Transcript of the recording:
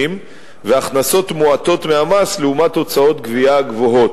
והכנסות מועטות מהמס לעומת הוצאות גבייה גבוהות.